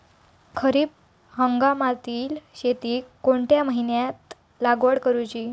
खरीप हंगामातल्या शेतीक कोणत्या महिन्यात लागवड करूची?